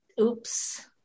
oops